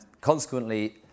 consequently